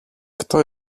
kto